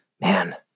man